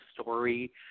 story